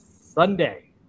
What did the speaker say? Sunday